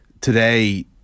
today